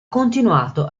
continuato